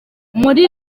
muri